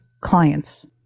clients